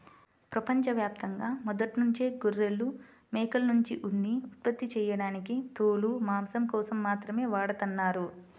ప్రపంచ యాప్తంగా మొదట్నుంచే గొర్రెలు, మేకల్నుంచి ఉన్ని ఉత్పత్తి చేయడానికి తోలు, మాంసం కోసం మాత్రమే వాడతన్నారు